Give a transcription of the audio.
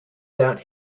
that